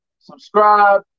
subscribe